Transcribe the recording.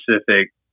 specific